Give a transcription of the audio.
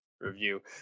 review